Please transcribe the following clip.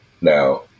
Now